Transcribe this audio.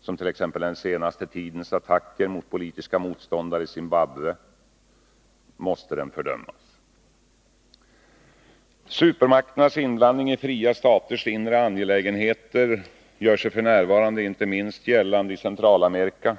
som t.ex. den senaste tidens attacker mot politiska motståndare i Zimbabwe, måste den fördömas. Supermakternas inblandning i fria staters inre angelägenheter gör sig f. n. gällande inte minst i Centralamerika.